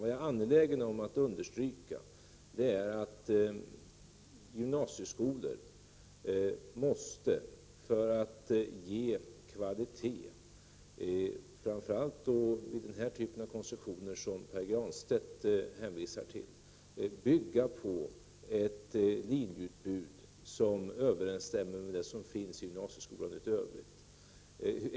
Vad jag är angelägen om att understryka är att gymnasieskolor måste, för att ge kvalitet framför allt vid den här typen av konstruktioner som Pär Granstedt hänvisar till, bygga på ett linjeutbud som överensstämmer med = Prot. 1989/90:32 det som finns i gymnasieskolan i övrigt.